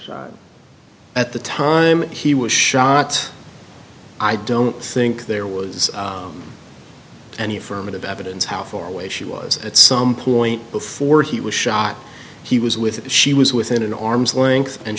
at the time he was shot i don't think there was any affirmative evidence how far away she was at some point before he was shot he was with she was within an arm's length and